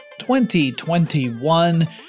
2021